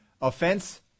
Offense